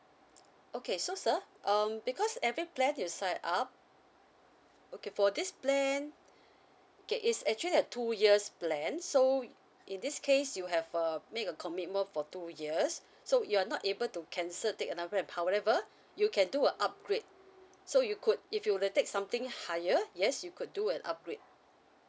okay so sir um because every plan you sign up okay for this plan okay it's actually a two years plan so in this case you have uh make a commitment for two years so you're not able to cancel take another plan however you can do a upgrade so you could if you were to take something higher yes you could do an upgrade